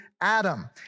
Adam